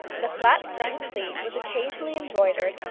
the flat front pleat was occasionally embroidered,